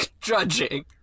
judging